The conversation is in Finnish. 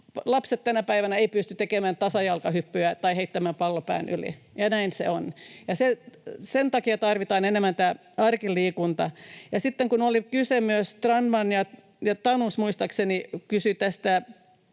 Lapset tänä päivänä eivät pysty tekemään tasajalkahyppyä tai heittämään palloa pään yli. Näin se on. Sen takia tarvitaan enemmän tätä arkiliikuntaa. Sitten Strandman ja Tanus muistaakseni